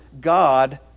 God